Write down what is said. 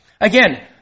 Again